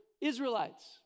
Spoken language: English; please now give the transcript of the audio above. Israelites